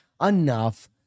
Enough